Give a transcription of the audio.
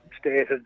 stated